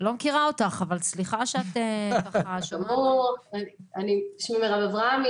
לא מכירה אותך אבל סליחה שאת ככה -- שמי מרב אברהמי